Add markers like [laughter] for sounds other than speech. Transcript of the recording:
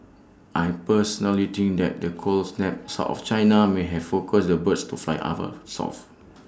I personally think that the cold snap south of China may have focused the birds to fly [unintelligible] south